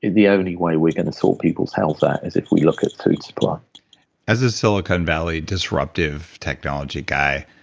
the only way we're going to sort people's health out is if we look at food supply as a silicon valley disruptive technology guy,